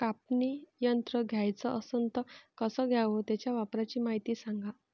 कापनी यंत्र घ्याचं असन त कस घ्याव? त्याच्या वापराची मायती सांगा